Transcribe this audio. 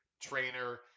trainer